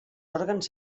òrgans